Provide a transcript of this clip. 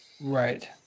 right